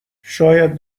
شاید